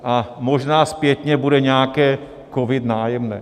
A možná zpětně bude nějaké COVID Nájemné.